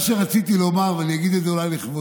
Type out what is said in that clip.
מה שרציתי לומר, ואני אגיד את זה אולי לכבודך,